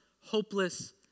hopeless